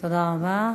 תודה רבה.